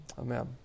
amen